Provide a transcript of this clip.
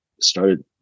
started